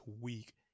week